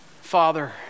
Father